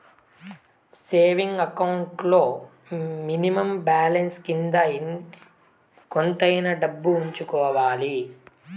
saving account లో minimum balance కింద కొంతైనా డబ్బు ఉంచుకోవాలి